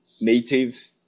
native